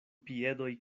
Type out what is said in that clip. piedoj